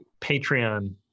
Patreon